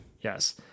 yes